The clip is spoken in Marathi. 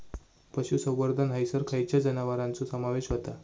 पशुसंवर्धन हैसर खैयच्या जनावरांचो समावेश व्हता?